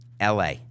LA